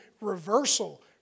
reversal